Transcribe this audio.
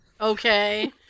okay